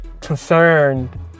concerned